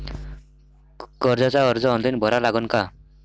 कर्जाचा अर्ज ऑनलाईन भरा लागन का?